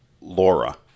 laura